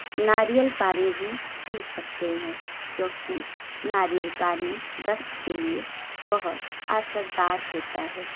नारियल पानी भी पी सकते हैं क्योंकि नारियल पानी दस्त के लिए बहुत असरदार होता है